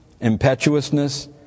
impetuousness